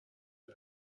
نگو